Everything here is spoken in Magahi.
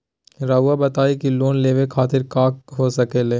रउआ बताई की लोन लेवे खातिर काका हो सके ला?